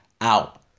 out